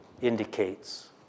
Indicates